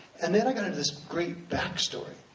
and then i kind of this great backstory,